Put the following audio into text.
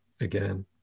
again